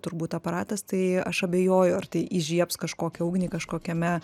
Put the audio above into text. turbūt aparatas tai aš abejoju ar tai įžiebs kažkokią ugnį kažkokiame